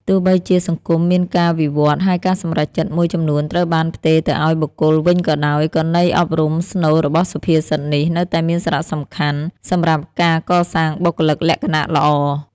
ទោះបីជាសង្គមមានការវិវឌ្ឍន៍ ហើយការសម្រេចចិត្តមួយចំនួនត្រូវបានផ្ទេរទៅឱ្យបុគ្គលវិញក៏ដោយ ក៏ន័យអប់រំស្នូលរបស់សុភាសិតនេះនៅតែមានសារៈសំខាន់សម្រាប់ការកសាងបុគ្គលិកលក្ខណៈល្អ ។